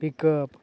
pickup